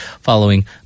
following